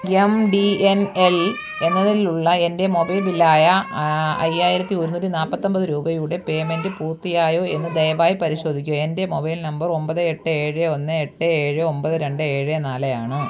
M D N L എന്നതിലുള്ള എൻ്റെ mobile bill ആയ അയ്യായിരത്തി ഒരുന്നൂറ്റി നാല്പ്പത്തൊമ്പത് രൂപയുടെ പേയ്മെൻ്റ് പൂർത്തിയായോ എന്ന് ദയവായി പരിശോധിക്കുക എൻ്റെ മൊബൈൽ നമ്പർ ഒമ്പത് എട്ട് ഏഴ് ഒന്ന് എട്ട് ഏഴ് ഒമ്പത് രണ്ട് ഏഴ് നാല് ആണ്